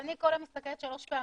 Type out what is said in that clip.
אני כל יום מסתכלת שלוש פעמים.